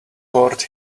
board